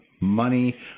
money